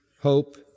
hope